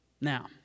Now